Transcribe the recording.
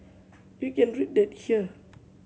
you can read that here